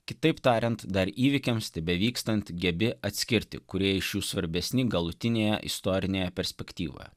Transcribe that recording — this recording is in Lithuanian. kitaip tariant dar įvykiams tebevykstant gebi atskirti kurie iš jų svarbesni galutinėje istorinėje perspektyvoje